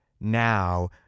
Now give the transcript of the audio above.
now